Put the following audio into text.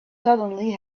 suddenly